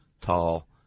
tall